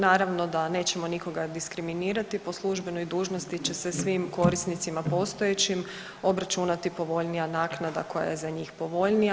Naravno da nećemo nikoga diskriminirati, po službenoj dužnosti će se svim korisnicima postojećim obračunati povoljnija naknada koja je za njih povoljnija.